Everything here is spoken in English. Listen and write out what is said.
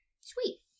Sweet